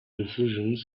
decisions